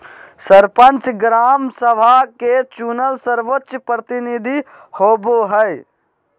सरपंच, ग्राम सभा के चुनल सर्वोच्च प्रतिनिधि होबो हइ